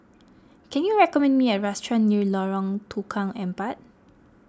can you recommend me a restaurant near Lorong Tukang Empat